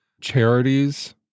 charities